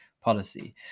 policy